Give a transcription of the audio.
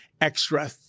extra